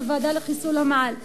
זו ועדה לחיסול המאהל.